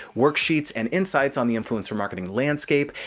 worksheets and insights on the influencer marketing landscape,